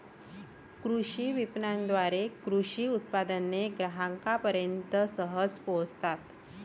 कृषी विपणनाद्वारे कृषी उत्पादने ग्राहकांपर्यंत सहज पोहोचतात